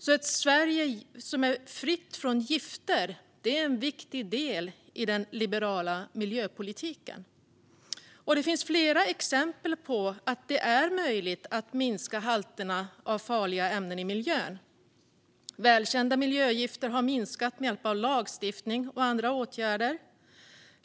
Ett Sverige fritt från gifter är därför en viktig del i den liberala miljöpolitiken. Det finns flera exempel på att det är möjligt att minska halterna av farliga ämnen i miljön. Välkända miljögifter har minskat med hjälp av lagstiftning och andra åtgärder.